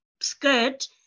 skirt